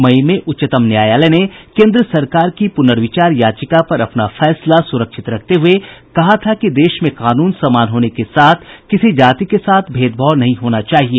मई में उच्चतम न्यायालय ने केन्द्र सरकार की पुनर्विचार याचिका पर अपना फैसला सुरक्षित रखते हुए कहा था कि देश में कानून समान होने के साथ किसी जाति के साथ भेदभाव नहीं होना चाहिए